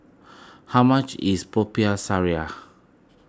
how much is Popiah Sayur